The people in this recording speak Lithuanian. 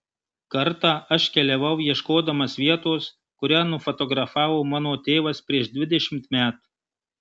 kartą aš keliavau ieškodamas vietos kurią nufotografavo mano tėvas prieš dvidešimt metų